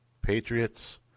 Patriots